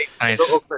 Nice